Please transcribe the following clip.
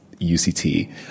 UCT